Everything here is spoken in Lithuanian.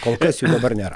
kol kas jų dabar nėra